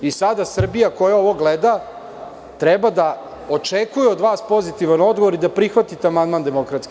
Srbija koja sada ovo gleda treba da očekuje od vas pozitivan odgovor i da prihvatite amandman DS.